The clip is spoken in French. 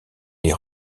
les